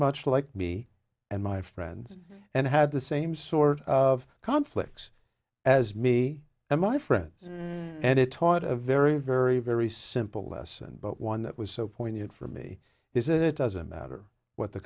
much like me and my friends and had the same sort of conflicts as me and my friends and it taught a very very very simple lesson but one that was so poignant for me is that it doesn't matter what the